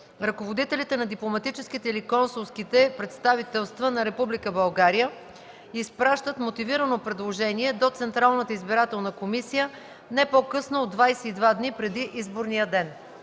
ръководителите на дипломатическите или консулските представителства на Република България изпращат мотивирано предложение до Централната избирателна комисия не по-късно от 22 дни преди изборния ден.